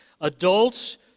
adults